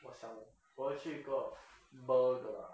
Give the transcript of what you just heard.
我想我要吃一个 burger